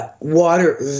water